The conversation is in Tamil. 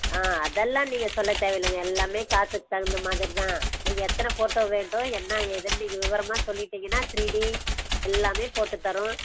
ஆ அதெல்லாம் நீங்கள் சொல்ல தேவையில்லைங்க எல்லாமே காசுக்கு தகுந்தமாதிரி தான் நீங்கள் எத்தனை ஃபோட்டோ வேணும் என்ன ஏதுன்னு நீங்கள் விவரமாக சொல்லிவிட்டிங்கனா த்ரீ டி எல்லாமே போட்டு தரோம்